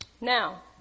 Now